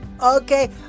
Okay